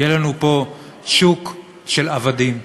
יהיה לנו פה שוק של עבדים.